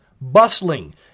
bustling